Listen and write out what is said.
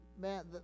man